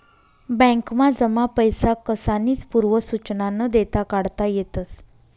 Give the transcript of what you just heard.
बॅकमा जमा पैसा कसानीच पूर्व सुचना न देता काढता येतस